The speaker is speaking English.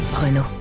Renault